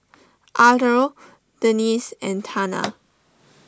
Arlo Denisse and Tana